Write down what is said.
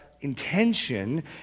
intention